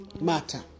matter